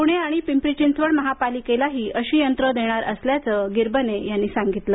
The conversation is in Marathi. पुणे आणि पिंपरी चिंचवड महापालिकेलाही अशी यंत्र देणार असल्याचं गिरवणे यांनी सांगितलं